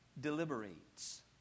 Deliberates